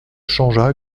changea